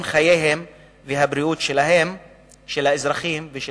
חייהם ובריאותם של האזרחים והחולים.